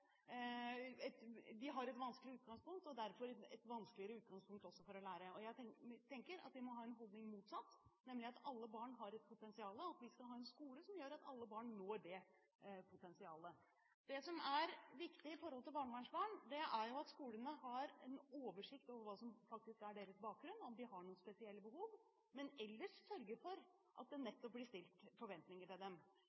et vanskelig utgangspunkt og derfor et vanskeligere utgangspunkt også for å lære. Jeg tenker at vi må ha en motsatt holdning, nemlig at alle barn har et potensial, og at vi skal ha en skole som gjør at alle barn når det potensialet. Det som er viktig for barnevernsbarn, er at skolene har en oversikt over hva som faktisk er deres bakgrunn, og om de har noen spesielle behov, men ellers sørge for at det